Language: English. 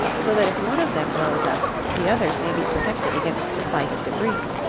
so that if one of them blows up, the others may be protected against the flight of debris.